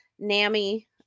NAMI